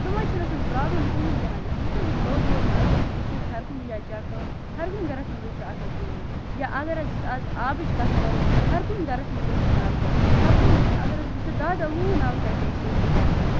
تمن چھ نہٕ ٲسۍ مٕژ پرابلم کٕہٕنۍ تہ نہٕ گَژھان یُس حظ یہِ نوٚو دور چھُ اگر حظ أسۍ ونکیٚس ہر کُنہ جایہ چَک کرو ہر کُنہ گرَس مَنٛز حظ چھِ اکھ اکھ گٲڑ اگر حظ آز آبچ کتھ کرو ہر کُنہ گَرَس مَنٛز حظ چھِ نَلقہٕ ہر کُنہ اگر حظ أسۍ وٕچھو دہ دہ وُہ وُہ نَلقہٕ حظ چھِ أکسے أکسے گَرَس مَنٛز